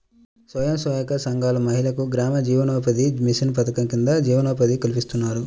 స్వయం సహాయక సంఘాల మహిళలకు గ్రామీణ జీవనోపాధి మిషన్ పథకం కింద జీవనోపాధి కల్పిస్తున్నారు